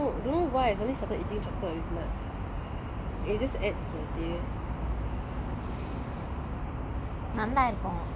நானும் அந்த மாறி தான் நெனச்சன்:naanum antha maari thaan nenachan but then I don't know don't know why I just started eating chocolates with nuts it just adds its taste